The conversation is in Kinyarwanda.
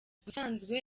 ubusanzwe